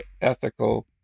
ethical